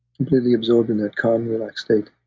completely absorbed in that calm, relaxed state